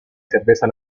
cerveza